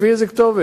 לפי איזו כתובת?